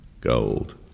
gold